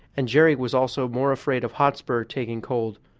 and jerry was also more afraid of hotspur taking cold.